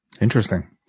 Interesting